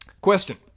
Question